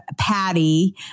Patty